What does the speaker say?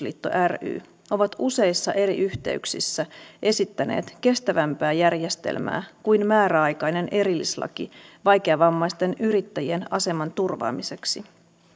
liitto ry ovat useissa eri yhteyksissä esittäneet kestävämpää järjestelmää kuin määräaikainen erillislaki vaikeavammaisten yrittäjien aseman turvaamiseksi